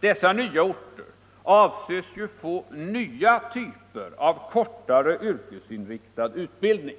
Dessa nya orter avses ju få nya typer av kortare yrkesinriktad utbildning,